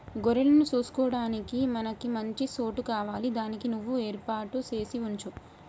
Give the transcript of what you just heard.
గొర్రెలను సూసుకొడానికి మనకి మంచి సోటు కావాలి దానికి నువ్వు ఏర్పాటు సేసి వుంచు